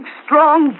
strong